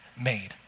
made